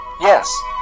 Yes